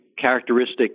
characteristic